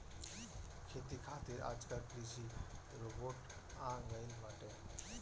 खेती खातिर आजकल कृषि रोबोट आ गइल बाटे